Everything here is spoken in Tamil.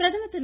பிரதமர் திரு